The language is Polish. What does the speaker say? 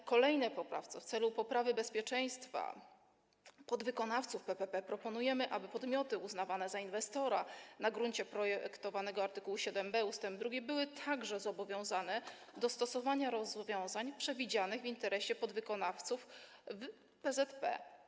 W kolejnej poprawce w celu poprawy bezpieczeństwa podwykonawców PPP proponujemy, aby podmioty uznawane za inwestora na gruncie projektowanego art. 7b ust. 2 były także zobowiązane do stosowania rozwiązań przewidzianych w interesie podwykonawców w p.z.p.